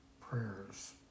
prayers